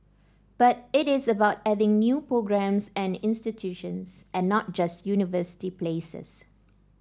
but it is about adding new programmes and institutions and not just university places